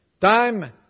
Time